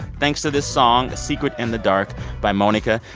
thanks to this song, secret in the dark by monika.